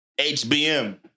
HBM